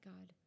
God